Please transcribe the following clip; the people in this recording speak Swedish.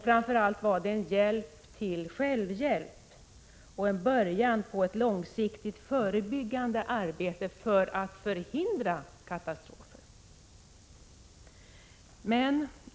Framför allt var det en hjälp till självhjälp och en början på ett långsiktigt förebyggande arbete för att förhindra katastrofer.